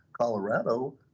Colorado